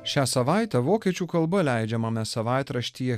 šią savaitę vokiečių kalba leidžiamame savaitraštyje